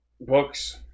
Books